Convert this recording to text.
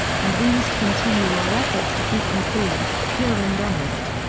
and we must continue our efforts to keep them clean, pure and honest.